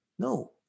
No